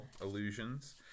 Illusions